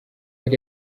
yari